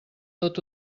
tot